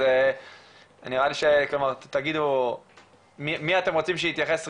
אז נראה לי שתגידו מי אתם רוצים שיתייחס ראשון.